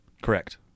Correct